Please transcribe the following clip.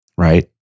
right